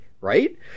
right